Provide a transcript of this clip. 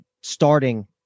starting